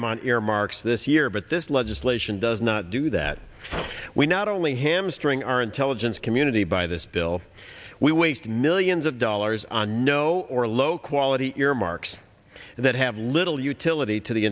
on earmarks this year but this legislation does not do that we not only hamstring our intelligence community by this bill we waste millions of dollars on zero or low quality earmarks that have little utility to the